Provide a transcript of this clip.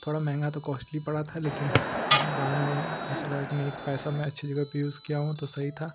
थोड़ा महंगा तो कोश्टली पड़ा था लेकिन बाद में ऐसा लगा कि नहीं पैसा मैं अच्छी जगह पर यूज़ किया हूँ तो सही था